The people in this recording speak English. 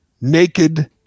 naked